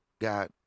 God